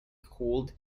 cooled